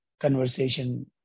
conversation